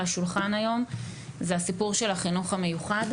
השולחן היום זה הסיפור של החינוך המיוחד,